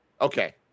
Okay